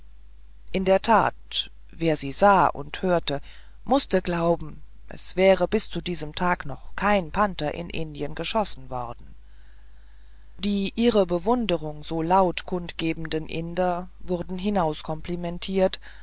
in der tat wer sie sah und hörte mußte glauben es wäre bis zu diesem tage noch kein panther in indien geschossen worden die ihre bewunderung so laut kundgebenden inder wurden hinauskomplimentiert